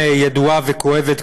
ידועה וכואבת,